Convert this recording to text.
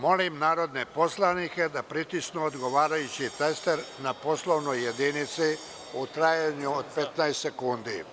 Molim narodne poslanike da pritisnu odgovarajući taster na poslovnoj jedinici u trajanju od 15 sekundi.